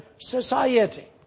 society